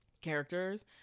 characters